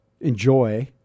enjoy